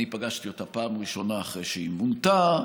אני פגשתי אותה פעם ראשונה אחרי שהיא מונתה,